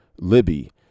Libby